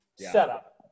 setup